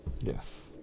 Yes